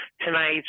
tonight